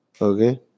Okay